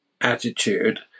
attitude